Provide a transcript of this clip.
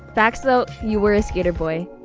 facts though, you were a skater boy.